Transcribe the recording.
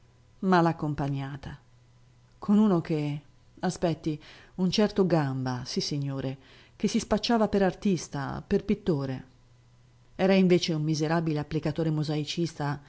sola come mal'accompagnata con uno che aspetti un certo gamba sissignore che si spacciava per artista per pittore era invece un miserabile applicatore mosaicista